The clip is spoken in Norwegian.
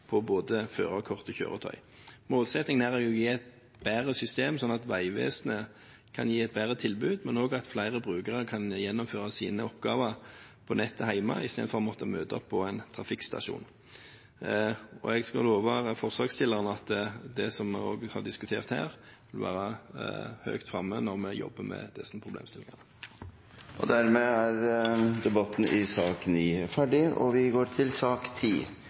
for både førerkort og kjøretøy. Målsettingen er å gi et bedre system, slik at Vegvesenet kan gi et bedre tilbud, men også at flere brukere kan gjennomføre sine oppgaver på nettet hjemme, istedenfor å måtte møte opp på en trafikkstasjon. Jeg skal love forslagsstillerne at det som vi også har diskutert her, vil være høyt framme når vi jobber med disse problemstillingene. Flere har ikke bedt om ordet til sak